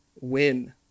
win